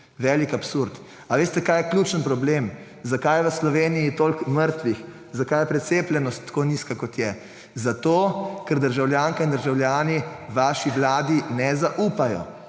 velik absurd. A veste, kaj je ključen problem, zakaj je v Sloveniji toliko mrtvih, zakaj je precepljenost tako nizka, kot je? Zato, ker državljanke in državljani vaši vladi ne zaupajo.